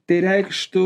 tai reikštų